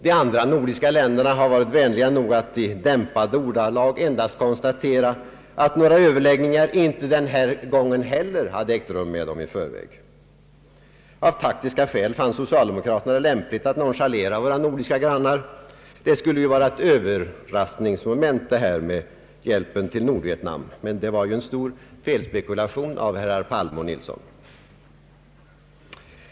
De andra nordiska länderna har varit vänliga nog att i dämpade ordalag endast konstatera att några överläggningar med dem inte heller den här gången hade ägt rum. Av taktiska skäl fann socialdemokraterna det lämpligt att nonchalera våra nordiska grannar. Hjälpen till Nordvietnam skulle ju vara ett överraskningsmoment, men det var en stor felspekulation av herrar Palme och Nilsson.